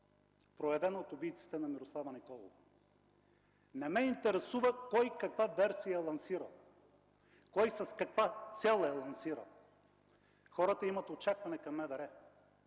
проявена от убийците на Мирослава Николова. Не ме интересува кой каква версия е лансирал, кой с каква цел я е лансирал! Хората имат очакване към МВР